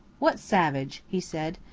what savage? he said.